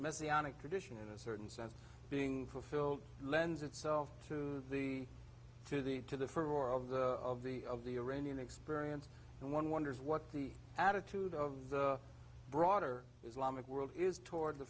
messianic tradition in a certain sense being fulfilled lends itself to the to the to the for or of the of the of the iranian experience and one wonders what the attitude of the broader islamic world is toward the